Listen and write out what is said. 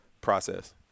process